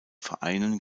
vereinen